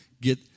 Get